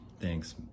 Thanks